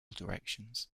directions